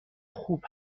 خوب